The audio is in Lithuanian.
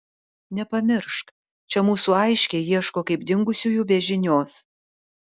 nepamiršk čia mūsų aiškiai ieško kaip dingusiųjų be žinios